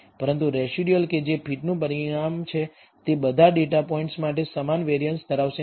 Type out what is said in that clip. પરંતુ રેસિડયુઅલ કે જે ફિટનું પરિણામ છે તે બધા ડેટા પોઇન્ટ્સ માટે સમાન વેરિઅન્સ ધરાવશે નહીં